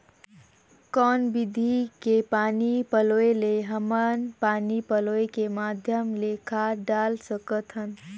कौन विधि के पानी पलोय ले हमन पानी पलोय के माध्यम ले खाद डाल सकत हन?